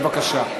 בבקשה.